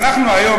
אנחנו היום,